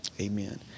Amen